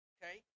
Okay